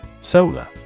Solar